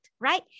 right